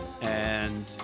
And-